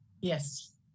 Yes